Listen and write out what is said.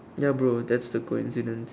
ya bro that's the coincidence